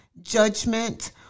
judgment